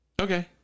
Okay